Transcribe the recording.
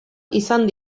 izan